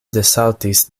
desaltis